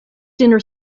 dinner